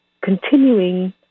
continuing